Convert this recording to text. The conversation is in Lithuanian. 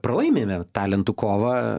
pralaimime talentų kovą